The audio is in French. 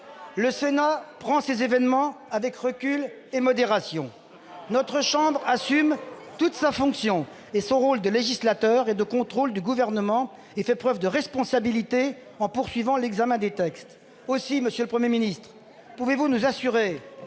le Sénat prend ces événements avec recul et modération. Notre chambre assume toute sa fonction et son rôle de législateur et de contrôle du Gouvernement, et fait preuve de responsabilité en poursuivant l'examen des textes. Là n'est pas la question ! Monsieur le Premier ministre, pouvez-vous nous assurer